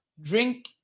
drink